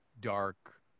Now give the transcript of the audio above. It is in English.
dark